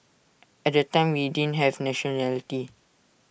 at that time we didn't have nationality